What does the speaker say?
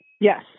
Yes